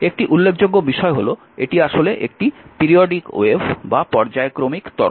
একটি উল্লেখযোগ্য বিষয় হল এটি আসলে একটি পর্যায়ক্রমিক তরঙ্গ